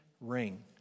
ring